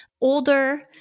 older